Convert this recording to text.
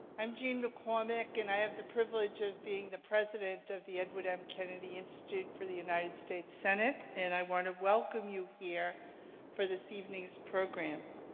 i'm jean maccormack, and i have the privilege of being the president of the edward m. kennedy institute for the united states senate, and i want to welcome you here for this evening's program.